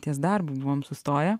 ties darbu buvom sustoję